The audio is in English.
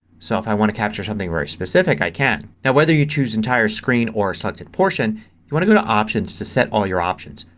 so if i want to capture something very specific i can. now whether you choose entire screen or selected portion you want to go to options to set all your options.